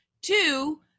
Two